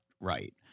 right